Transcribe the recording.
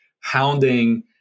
hounding